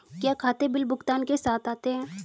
क्या खाते बिल भुगतान के साथ आते हैं?